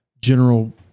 general